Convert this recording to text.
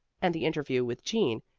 and the interview with jean,